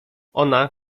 ona